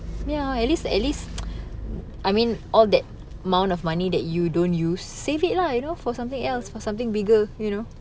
ya at least at least I mean all that amount of money that you don't use save it lah you know for something else for something bigger you know